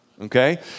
Okay